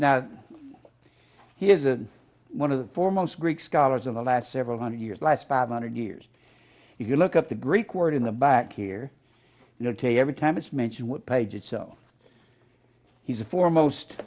now he isn't one of the foremost greek scholars of the last several hundred years last five hundred years if you look at the greek word in the back here you know take every time it's mentioned page and so he's for most